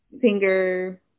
finger